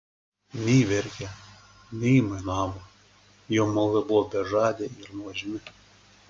nei verkė nei aimanavo jo malda buvo bežadė ir nuožmi